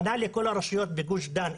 פנה לכל הרשויות בגוש דן,